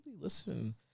listen